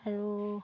আৰু